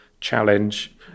challenge